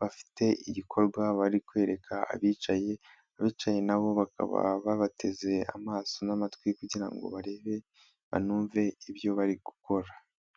bafite igikorwa bari kwereka abicaye, abicaye nabo bakaba babateze amaso n'amatwi kugira ngo barebe banumve ibyo bari gukora.